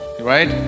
right